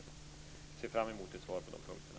Jag ser fram emot ett svar på de punkterna.